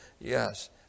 yes